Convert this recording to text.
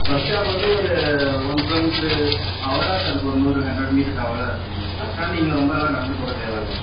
bus stop வந்து ஒரு one kilometre அவ்வளோ தான் சார் இருக்கும் ஒரு நூறு ஹண்ட்ரட் மீட்டர்ஸ் அவ்வளோ தான் இருக்கும் உங்களுக்கு பஸ் ஸ்டாண்ட் நீங்கள் ரொம்பலாம் நடந்து போகத் தேவை இல்லை